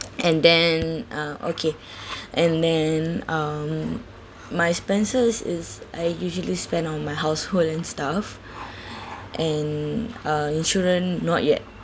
and then uh okay and then um my expenses is I usually spend on my household and stuff and uh insurance not yet